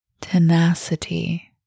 tenacity